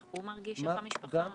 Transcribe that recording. איך הוא מרגיש ואיך המשפחה מרגישה.